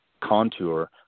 contour